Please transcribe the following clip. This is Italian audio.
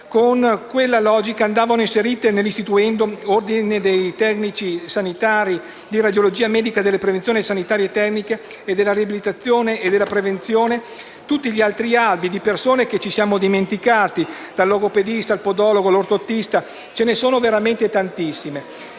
si sarebbero dovuti inserire nell'istituendo Ordine dei tecnici sanitari di radiologia medica delle prevenzioni sanitarie e tecniche e della riabilitazione e prevenzione tutti gli altri albi di professionisti che ci siamo dimenticati, dal logopedista, al podologo, all'ortottista (ce ne sono veramente tantissimi).